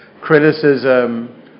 criticism